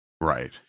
Right